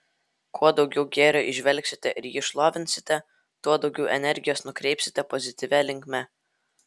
kuo daugiau gėrio įžvelgsite ir jį šlovinsite tuo daugiau energijos nukreipsite pozityvia linkme